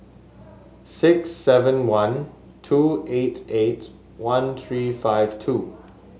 six seven one two eight eight one three five two